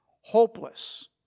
hopeless